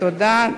תודה.